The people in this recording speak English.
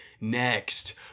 next